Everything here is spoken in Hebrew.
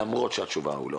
למרות שהתשובה היא 'לא'.